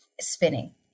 Spinning